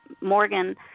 Morgan